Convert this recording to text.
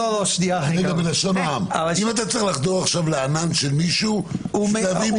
אם אתה צריך לחדור עכשיו לענן של מישהו בשביל להביא מסמכים?